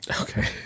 Okay